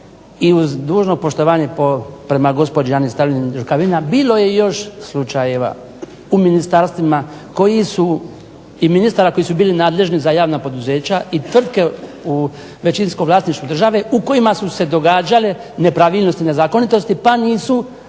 i uz dužno poštovanje prema gospođi Ani …/Ne razumije se./… Rukavina bilo je još slučajeva u ministarstvima i ministara koji su bili nadležni za javna poduzeća i tvrtke u većinskom vlasništvu države u kojima su se događale nepravilnosti i nezakonitosti pa nisu